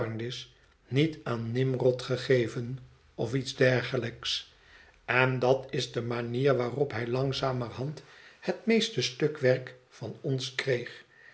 niet aan nimrod gegeven of iets dergelijks en dat is de manier waarop hij langzamerhand het meeste stukwerk van ons kreeg